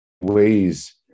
ways